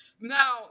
Now